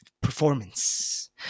performance